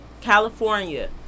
California